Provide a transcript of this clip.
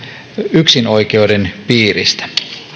yksinoikeuden piiristä